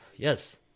Yes